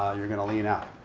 you're going to lean out.